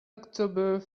october